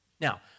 Now